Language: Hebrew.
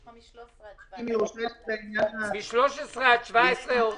יש לך מסעיף 13 עד סעיף 17. מ-13 עד 17 --- רגע.